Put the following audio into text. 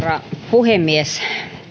puhemies